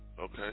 Okay